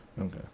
Okay